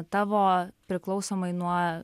tavo priklausomai nuo